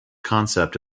concept